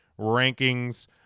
rankings